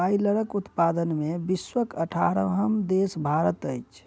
बायलरक उत्पादन मे विश्वक अठारहम देश भारत अछि